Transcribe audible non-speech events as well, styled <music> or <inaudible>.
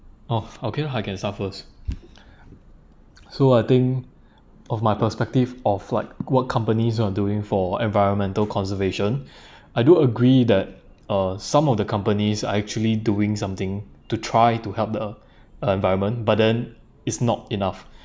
oh okay lah I can start first <noise> so I think of my perspective of like what companies are doing for environmental conservation <breath> I do agree that uh some of the companies are actually doing something to try to help the <breath> uh environment but then it's not enough <breath>